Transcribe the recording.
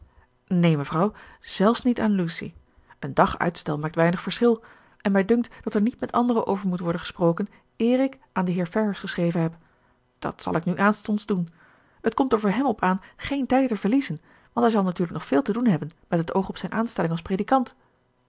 neen mevrouw zelfs niet aan lucy een dag uitstel maakt weinig verschil en mij dunkt dat er niet met anderen over moet worden gesproken eer ik aan den heer ferrars geschreven heb dat zal ik nu aanstonds doen het komt er voor hem op aan geen tijd te verliezen want hij zal natuurlijk nog veel te doen hebben met het oog op zijn aanstelling als predikant